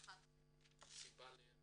31. מה הסיבה לירידה?